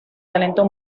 talento